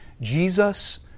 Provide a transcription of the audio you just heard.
Jesus